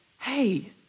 hey